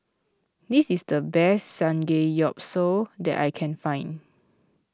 this is the best Samgeyopsal that I can find